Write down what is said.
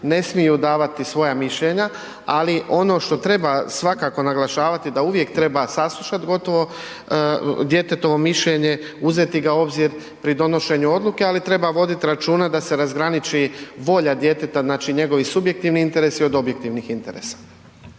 ne smiju davati svoja mišljenja, ali ono što treba svakako naglašavati, da uvijek treba saslušati gotovo djetetovo mišljenje, uzeti ga u obzir pri donošenju odluke, ali treba voditi računa da se razgraniči volja djeteta, znači njegovi subjektivni interesi od objektivnih interesa.